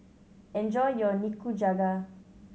enjoy your Nikujaga